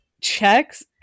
checks